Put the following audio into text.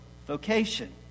vocation